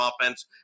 offense